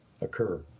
occur